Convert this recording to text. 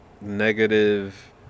negative